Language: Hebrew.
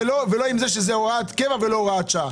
זה שזה הוראת קבע ולא הוראת שעה.